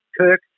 Kirk